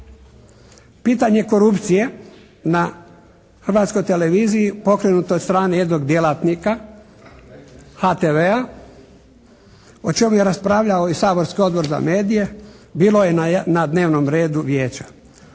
Pitanje korupcije na Hrvatskoj televiziji pokrenuto je od strane jednog djelatnika HTV-a, o čemu je raspravljao i saborski Odbor za medije, bilo je na dnevnom redu Vijeća.